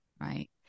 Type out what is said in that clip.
right